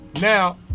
Now